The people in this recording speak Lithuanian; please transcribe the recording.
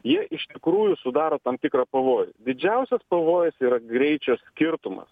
jie iš tikrųjų sudaro tam tikrą pavojų didžiausias pavojus yra greičio skirtumas